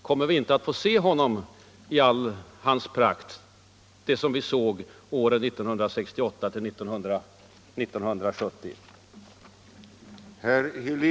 Kommer vi inte att åter få se konfrontationsaposteln i all hans prakt såsom vi såg honom under åren före 1973 års val?